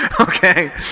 okay